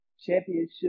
championship